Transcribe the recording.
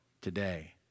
today